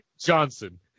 Johnson